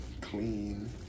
clean